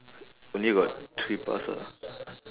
only got three plus ah